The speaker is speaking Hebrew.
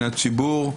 מין הציבור,